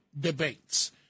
debates